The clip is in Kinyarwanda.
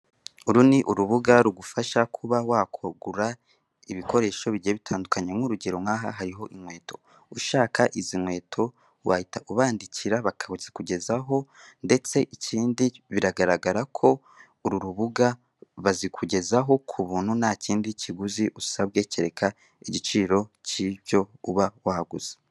Uru ni urubuga rugufasha kuba wagura ibikoresho bigiye bitandukanye. Nk'urugero, nk'aha hariho inkweto. Ushaka izi nkweto wahita ubandikira bakazikugezaho, ndetse ikindi biragaragara ko uru rubuga bazikugezaho ku buntu nta kindi kiguzi usabwe, kereka igiciro cy'ibyo uba waguze.